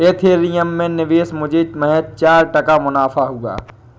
Ethereum में निवेश मुझे महज चार टका मुनाफा हुआ